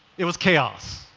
it was chaos.